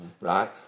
right